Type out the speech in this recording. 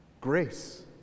grace